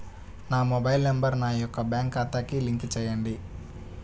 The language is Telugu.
నా మొబైల్ నంబర్ నా యొక్క బ్యాంక్ ఖాతాకి లింక్ చేయండీ?